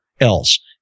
else